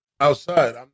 outside